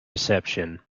reception